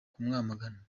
kumwamagana